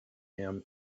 him